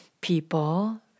people